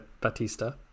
Batista